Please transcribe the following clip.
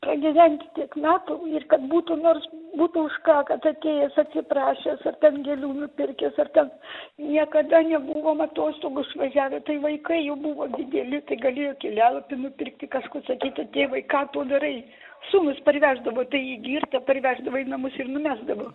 pragyvent tiek metų ir kad būtų nors būtų už ką kad atėjęs atsiprašęs ar ten gėlių nupirkęs ar ten niekada nebuvom atostogų išvažiavę tai vaikai jau buvo dideli tai galėjo keliauti nupirkti kažko sakyt tėvai ką tu darai sūnus parveždavo tai jį girtą parveždavo į namus ir numesdavo